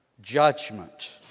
judgment